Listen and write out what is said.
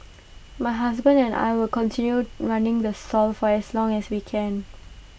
my husband and I will continue running the soft for as long as we can